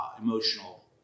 emotional